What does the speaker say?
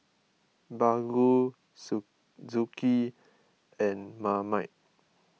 Baggu Suzuki and Marmite